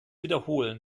wiederholen